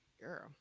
Girl